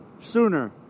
sooner